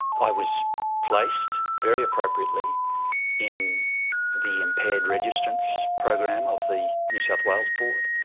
i was placed very appropriately in the impaired registrants program of the new south wales board.